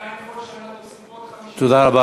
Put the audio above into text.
בינתיים כל שנה נוספו עוד 50,000. תודה רבה.